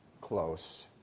close